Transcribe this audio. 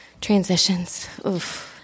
transitions